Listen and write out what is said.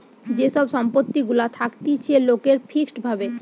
যে সব সম্পত্তি গুলা থাকতিছে লোকের ফিক্সড ভাবে